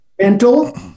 mental